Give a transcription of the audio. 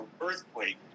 earthquake